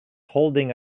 holding